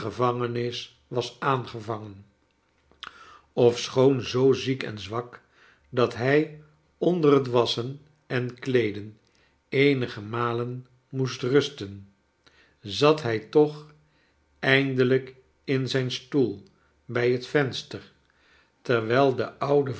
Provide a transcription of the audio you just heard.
gevangenis was aangevangen ofsehoon zoo ziek en zwak dat hij onder het wassohen on kleeden eenige malen moest rusten zat hij toch eindelijk in zijn stoel bij het venster terwijl de oude